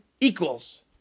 equals